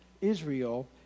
Israel